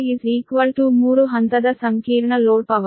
ಇಲ್ಲಿ Sload3Φ ಮೂರು ಹಂತದ ಸಂಕೀರ್ಣ ಲೋಡ್ ಪವರ್